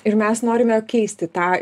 ir mes norime keisti tą